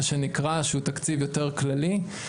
שהוא תקציב יותר כללי,